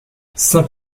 sainte